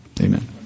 Amen